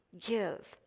give